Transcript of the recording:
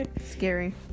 Scary